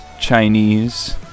Chinese